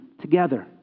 together